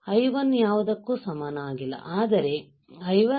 I1 ಯಾವುದಕ್ಕೂ ಸಮನಾಗಿಲ್ಲ ಆದರೆ I1I2Ib1